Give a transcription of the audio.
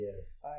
yes